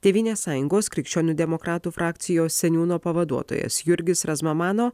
tėvynės sąjungos krikščionių demokratų frakcijos seniūno pavaduotojas jurgis razma mano